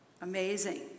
Amazing